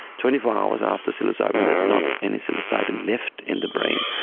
twenty four hours after psilocybin there's not any psilocybin left in the brain.